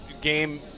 game